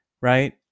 right